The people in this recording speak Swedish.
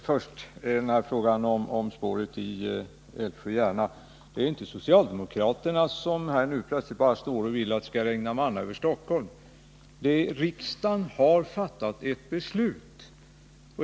Fru talman! Först frågan om spår mellan Älvsjö och Järna. Det är inte socialdemokraterna som nu plötsligt vill att det skall regna manna över Stockholm. Riksdagen har fattat ett beslut.